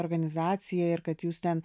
organizacija ir kad jūs ten